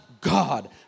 God